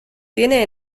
tiene